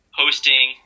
hosting